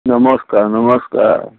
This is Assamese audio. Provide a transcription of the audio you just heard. নমস্কাৰ নমস্কাৰ